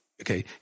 Okay